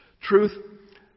Truth